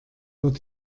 wird